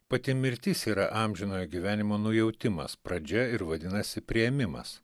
pati mirtis yra amžinojo gyvenimo nujautimas pradžia ir vadinasi priėmimas